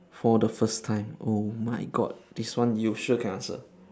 for the first time oh my god this one you sure can answer